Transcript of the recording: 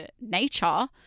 nature